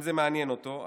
אם זה מעניין אותו,